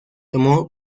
tomó